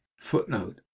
Footnote